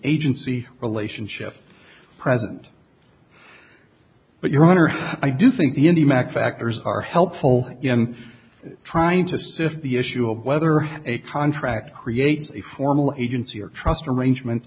agency relationship president but your honor i do think the indy mac factors are helpful in trying to sift the issue of whether a contract creates a formal agency or trust arrangement